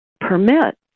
permit